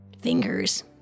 fingers